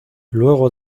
luego